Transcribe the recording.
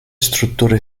strutture